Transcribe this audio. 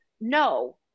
no